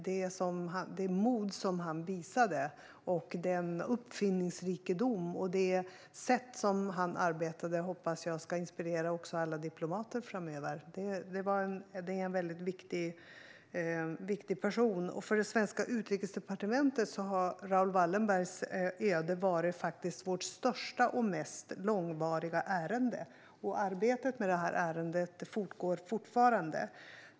Det mod han visade, hans uppfinningsrikedom och det sätt han arbetade på hoppas jag ska inspirera alla diplomater framöver. Han är en mycket viktig person. För oss på det svenska Utrikesdepartementet har Raoul Wallenbergs öde varit vårt största och långvarigaste ärende. Arbetet med det här ärendet pågår fortfarande.